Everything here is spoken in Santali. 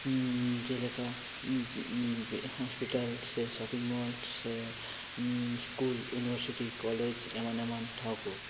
ᱡᱮᱞᱮᱠᱟ ᱦᱳᱥᱯᱤᱴᱟᱞ ᱥᱮ ᱥᱚᱯᱤᱝ ᱢᱚᱞ ᱥᱮ ᱥᱠᱩᱞ ᱤᱭᱩᱱᱤᱵᱷᱟᱨᱥᱤᱴᱤ ᱠᱚᱞᱮᱡᱽ ᱮᱢᱟᱱ ᱮᱢᱟᱱ ᱴᱷᱟᱶ ᱠᱚ